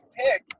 pick